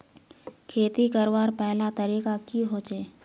खेती करवार पहला तरीका की होचए?